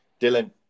Dylan